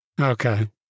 okay